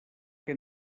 que